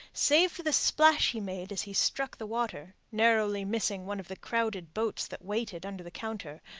save for the splash he made as he struck the water, narrowly missing one of the crowded boats that waited under the counter,